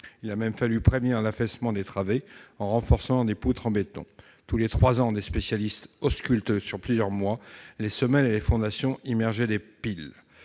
Il a même fallu prévenir l'affaissement des travées en renforçant des poutres en béton. Tous les trois ans, des spécialistes auscultent sur plusieurs mois les semelles et les fondations immergées des piles.